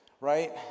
right